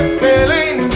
feeling